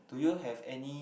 do you have any